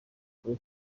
kuri